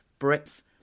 Brits